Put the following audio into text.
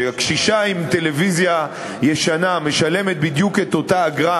עם טלוויזיה ישנה משלמת בדיוק את אותה אגרה